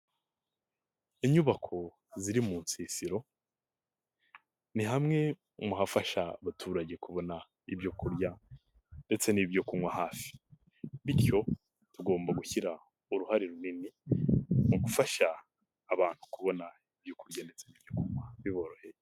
Inyubako ziri mu nsisiro, ni hamwe mu hafasha abaturage kubona ibyoku kurya ndetse n'ibyo kunywa hafi, bityo tugomba gushyiraho uruhare runini mu gufasha abantu kubona ibyokurya ndetse n'ibyo kunywa biboroheye.